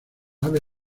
ave